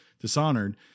Dishonored